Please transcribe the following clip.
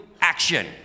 action